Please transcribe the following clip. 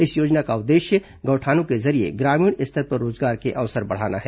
इस योजना का उद्देश्य गौठानों के जरिये ग्रामीण स्तर पर रोजगार के अवसर बढ़ाना है